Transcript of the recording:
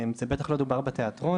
זה בטח לא דובר בתיאטרון,